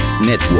Network